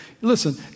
Listen